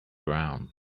ground